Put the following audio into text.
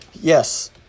Yes